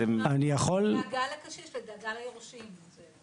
אני יכול --- דאגה לקשיש לדאגה ליורשים.